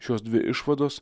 šios dvi išvados